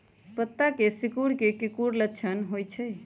पत्ता के सिकुड़े के की लक्षण होइ छइ?